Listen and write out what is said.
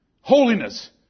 holiness